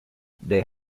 they